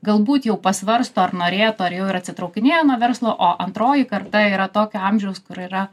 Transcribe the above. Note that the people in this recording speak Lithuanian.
galbūt jau pasvarsto ar norėtų ar jau ir atsitraukinėja nuo verslo o antroji karta yra tokio amžiaus kur yra